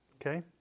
Okay